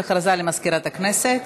הודעה למזכירת הכנסת.